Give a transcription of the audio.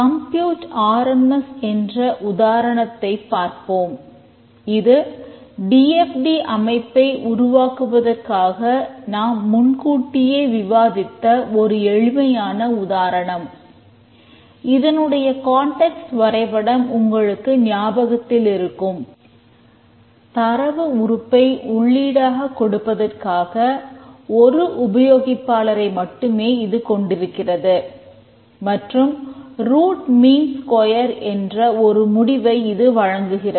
compute RMS என்ற ஒரு முடிவை இது வழங்குகிறது